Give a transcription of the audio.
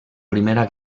primera